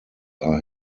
are